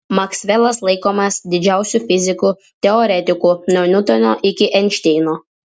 maksvelas laikomas didžiausiu fiziku teoretiku nuo niutono iki einšteino